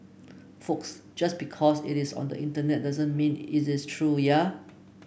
folks just because it is on the Internet doesn't mean it is true ya